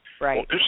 Right